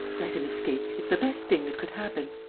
let him escape it's the best thing that could happen.